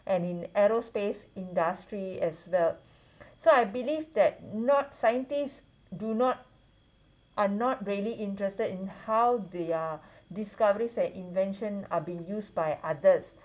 and in aerospace industry as well so I believe that not scientists do not are not really interested in how their discoveries and invention are being used by others